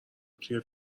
توی